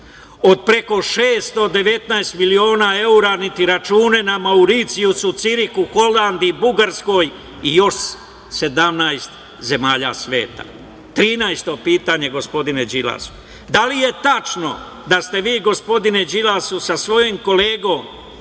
od preko 619 miliona evra, niti račune na Mauricijusu, Cirihu, Holandiji i Bugarskoj i još 17 zemalja sveta. Trinaesto pitanje - gospodine Đilas, da li je tačno da ste vi, gospodine Đilasu, sa svojim kolegom